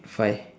five